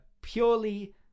purely